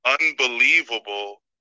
unbelievable